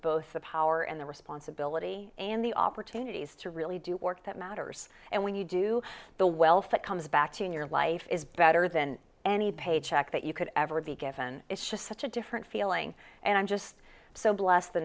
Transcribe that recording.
both the power and the responsibility and the opportunities to really do work that matters and when you do the wealth that comes back in your life is better than any paycheck that you could ever be given it's just such a different feeling and i'm just so blessed the